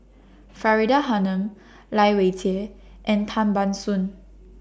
Faridah Hanum Lai Weijie and Tan Ban Soon